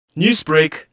Newsbreak